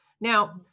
Now